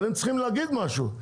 אבל הם צריכים להגיד משהו.